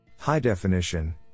High-definition